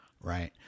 Right